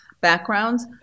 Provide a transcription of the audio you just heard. backgrounds